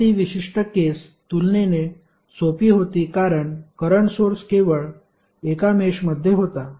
आता ती विशिष्ट केस तुलनेने सोपी होती कारण करंट सोर्स केवळ एका मेषमध्ये होता